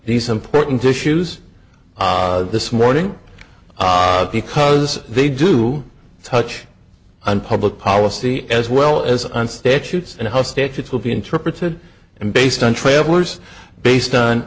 these important issues this morning because they do touch on public policy as well as on statutes and how statutes will be interpreted and based on travellers based on